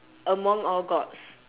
among all gods